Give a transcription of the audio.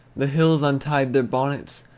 the hills untied their bonnets,